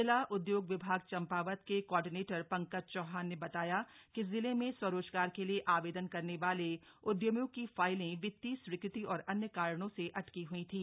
जिला उद्योग विभाग चम्पावत के कोऑर्डिनेटर पंकज चौहान ने बताया कि जिले में स्वरोजगार के लिए आवेदन करने वाले उद्यमियों की फाइलें वित्तीय स्वीकृति और अन्य कारणों से अटकी हई थी